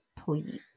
please